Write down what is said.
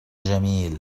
جميل